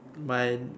my